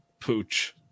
Pooch